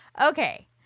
Okay